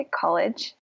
college